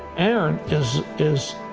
and just is